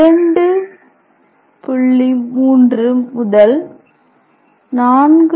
3 முதல் 4